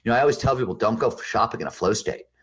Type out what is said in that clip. you know i always tell people don't go shopping in a flow state.